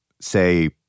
say